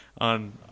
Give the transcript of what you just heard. On